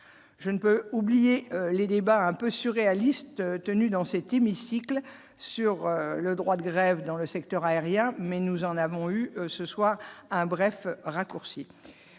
je ne peux oublier les débats un peu surréaliste tenus dans cet hémicycle, sur le droit de grève dans le secteur aérien, mais nous en avons eu ce soir un bref raccourci,